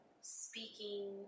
speaking